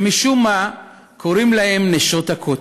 שמשום מה קוראים להן "נשות הכותל",